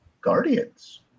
Guardians